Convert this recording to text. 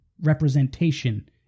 representation